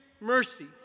mercy